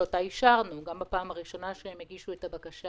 שאותה אישרנו גם בפעם הראשונה שהם הגישו את הבקשה,